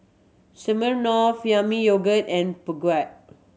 Smirnoff Yami Yogurt and Peugeot